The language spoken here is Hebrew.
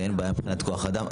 ואין בעיה מבחינת כוח אדם?